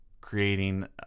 creating